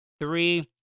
three